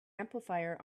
amplifier